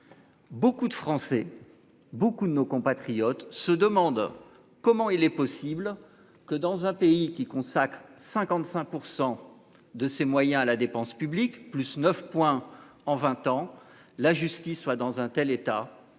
Beaucoup de Français. Beaucoup de nos compatriotes se demande comment il est possible que dans un pays qui consacrent 55% de ses moyens, à la dépense publique, plus 9 points en 20 ans la justice soit dans un tel état